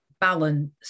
balance